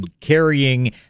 carrying